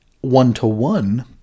one-to-one